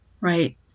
right